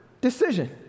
decision